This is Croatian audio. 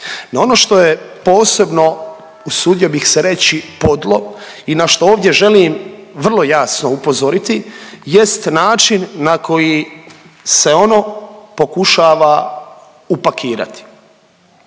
ono što je posebno, usudio bih se reći, podlo i na što ovdje želim vrlo jasno upozoriti jest način na koji se ono pokušava upakirati.